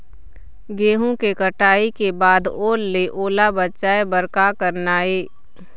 गेहूं के कटाई के बाद ओल ले ओला बचाए बर का करना ये?